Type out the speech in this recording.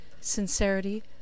sincerity